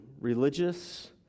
religious